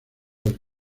del